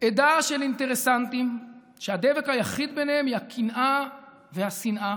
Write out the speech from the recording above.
עדה של אינטרסנטים שהדבק היחיד ביניהם הוא הקנאה והשנאה,